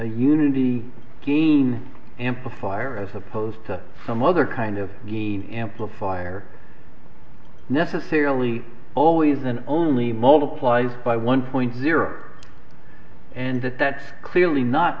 unity gain amplifier as opposed to some other kind of gain amplifier necessarily always and only multiplies by one point zero and that that's clearly not